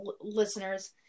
listeners